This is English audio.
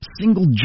single